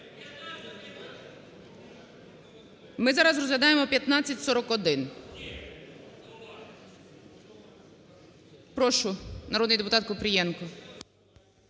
Ми зараз розглядаємо 1541. Прошу, народний депутат Купрієнко.